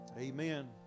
Amen